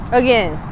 again